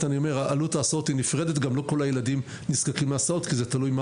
עלות ההסעות היא נפרדת וגם לא כל הילדים נזקקים להסעות כי זה תלוי מה